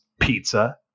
Pizza